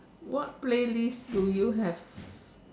what playlist do you have